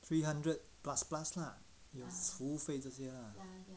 three hundred plus plus lah 有服务费这些 lah